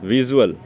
visual